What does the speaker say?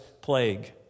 plague